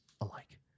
alike